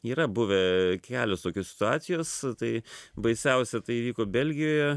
yra buvę kelios tokios situacijos tai baisiausia tai įvyko belgijoje